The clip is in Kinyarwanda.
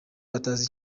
batazi